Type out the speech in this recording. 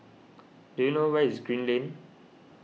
do you know where is Green Lane